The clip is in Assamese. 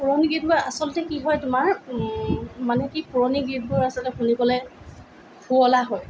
পুৰণি গীতবোৰ আচলতে কি হয় তোমাৰ মানে কি পুৰণি গীতবোৰ আচলতে শুনিবলৈ শুৱলা হয়